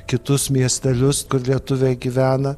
kitus miestelius kur lietuviai gyvena